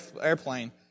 airplane